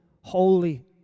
holy